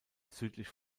südlich